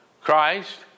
Christ